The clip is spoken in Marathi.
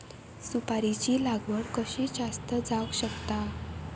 सुपारीची लागवड कशी जास्त जावक शकता?